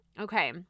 Okay